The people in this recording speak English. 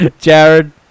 Jared